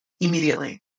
immediately